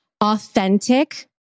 authentic